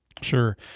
Sure